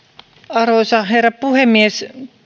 arvoisa herra puhemies